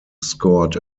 scored